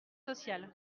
social